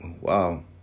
Wow